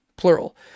Plural